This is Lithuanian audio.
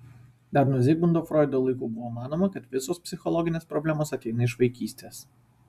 dar nuo zigmundo froido laikų buvo manoma kad visos psichologinės problemos ateina iš vaikystės